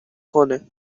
کنه